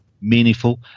meaningful